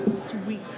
Sweet